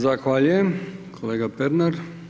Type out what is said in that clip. Zahvaljujem kolega Pernar.